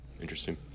Interesting